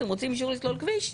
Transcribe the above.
אתם רוצים אישור לסלול כביש,